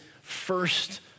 first